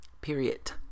period